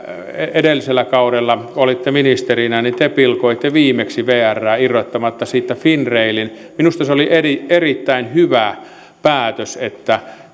edellisellä kaudella olitte ministerinä te pilkoitte viimeksi vrää irrottamalla siitä finrailin minusta se oli erittäin hyvä päätös että